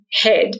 head